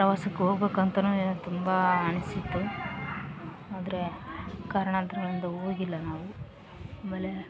ಪ್ರವಾಸಕ್ಕೆ ಹೋಗ್ಬೇಕಂತ ತುಂಬ ಅನಿಸಿತ್ತು ಆದರೆ ಕಾರಣಾಂತರಗಳಿಂದ ಹೋಗಿಲ್ಲ ನಾವು ಆಮೇಲೆ